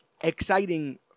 exciting